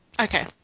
Okay